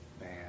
Man